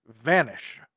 vanish